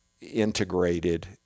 integrated